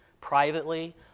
privately